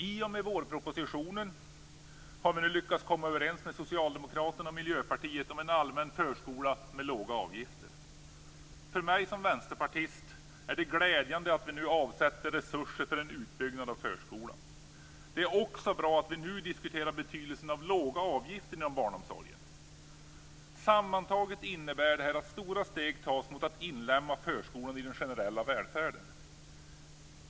I och med vårpropositionen har vi nu lyckats komma överens med Socialdemokraterna och Miljöpartiet om en allmänna förskola med låga avgifter. För mig som vänsterpartist är det glädjande att vi nu avsätter resurser för en utbyggnad av förskolan. Det är också bra att vi nu diskuterar betydelsen av låga avgifter inom barnomsorgen. Sammantaget innebär det här att stora steg tas mot att inlemma förskolan i den generella välfärden.